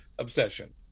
obsession